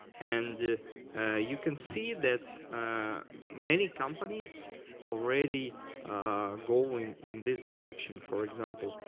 and you can see that many companies already going in this direction, for example,